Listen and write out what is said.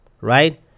right